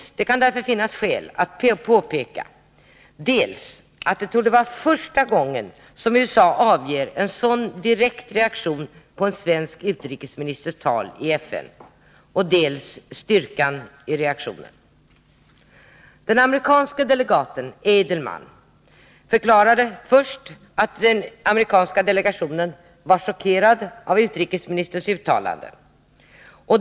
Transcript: Det kan därför finnas skäl att dels påpeka att det torde vara första gången som USA avger en sådan direkt reaktion på en svensk utrikesministers tal i FN, dels peka på styrkan i reaktionen. Den amerikanske delegaten Adelman förklarade först att den amerikanska delegationen var chockerad av utrikesministerns uttalanden.